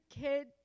kid